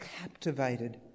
captivated